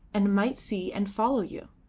and might see and follow you.